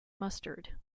mustard